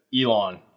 Elon